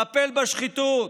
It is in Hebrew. טפל בשחיתות,